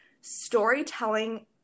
storytelling